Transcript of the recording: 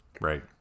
Right